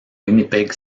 winnipeg